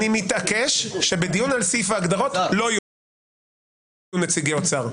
אני מתעקש שבדיון על סעיף ההגדרות לא יהיו נציגי אוצר.